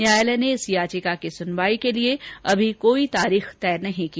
न्यायालय ने इस याचिका की सुनवाई के लिए कोई तारीख अभी तय नहीं की